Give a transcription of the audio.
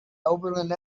oberlin